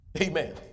Amen